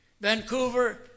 Vancouver